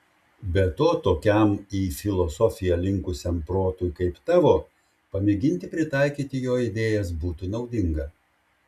be to tokiam į filosofiją linkusiam protui kaip tavo pamėginti pritaikyti jo idėjas būtų naudinga